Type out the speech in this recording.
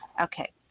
Okay